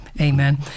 Amen